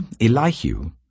elihu